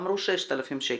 אמרו 6,000 שקל,